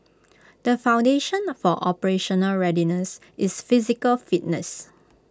the foundation for operational readiness is physical fitness